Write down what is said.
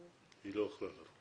היא לא יכלה לבוא.